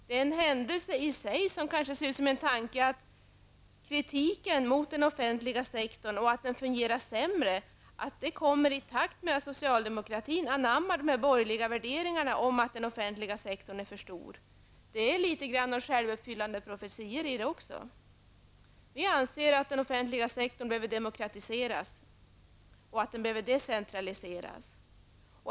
Det är en händelse som i och för sig ser ut som en tanke att kritiken mot den offentliga sektorn om att den fungerar sämre kommer i takt med att socialdemokratin har anammat de borgerliga värderingarna om att den offentliga sektorn är för stor. Det ligger litet grand av självuppfyllande profetior i detta. Vi anser att den offentliga sektorn behöver demokratiseras och decentraliseras.